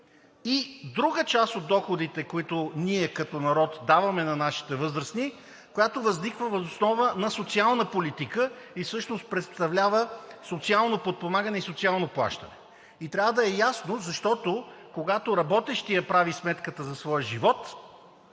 и, друга част от доходите, които ние като народ даваме на нашите възрастни, която възниква въз основа на социална политика и всъщност представлява социално подпомагане и социално плащане. И трябва да е ясно, защото, когато работещият прави сметката за своя живот,